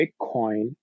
Bitcoin